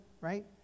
Right